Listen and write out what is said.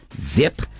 zip